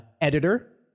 editor